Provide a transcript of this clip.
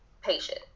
patient